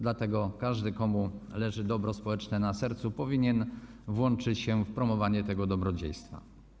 Dlatego każdy, komu leży dobro społeczne na sercu, powinien włączyć się w promowanie tego dobrodziejstwa.